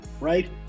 right